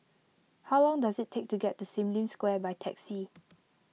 how long does it take to get to Sim Lim Square by taxi